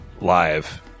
live